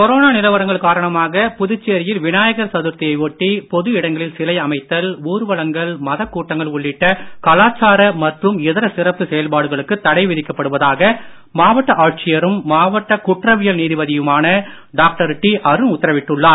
corona நிலவரங்கள் காரணமாக புதுச்சேரியில் விநாயகர் சதுர்த்தியை ஒட்டி பொது இடங்களில் சிலை அமைத்தல் ஊர்வலங்கள் மதக் கூட்டங்கள் உள்ளிட்ட கலாச்சார மற்றும் இதர சிறப்பு செயல்பாடுகளுக்கு தடை விதிக்கப்படுவதாக மாவட்ட ஆட்சியரும் குற்றவியல் நீதிபதியுமான டாக்டர் மாவட்ட உத்தரவிட்டுள்ளார்